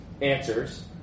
answers